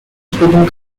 speaking